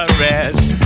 rest